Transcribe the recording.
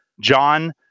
John